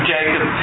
Jacob